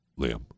Liam